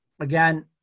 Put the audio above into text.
Again